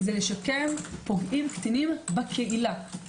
לשקם פוגעים קטינים בקהילה.